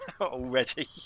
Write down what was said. already